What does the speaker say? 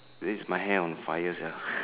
that is my hair on fire sia